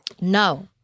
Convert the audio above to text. No